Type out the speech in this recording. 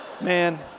Man